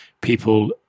people